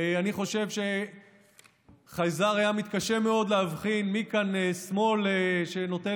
אני חושב שחייזר היה מתקשה מאוד להבחין מי כאן שמאל שנוטה